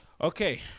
Okay